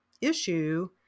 issue